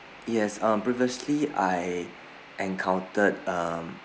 yes uh previously I encountered um